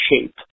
shape